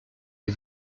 les